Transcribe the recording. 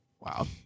wow